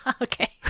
Okay